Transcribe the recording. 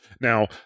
now